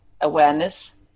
awareness